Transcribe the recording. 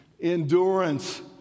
Endurance